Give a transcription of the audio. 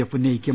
F ഉന്നയിക്കും